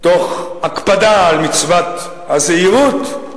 תוך הקפדה על מצוות הזהירות,